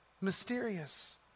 mysterious